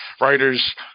writers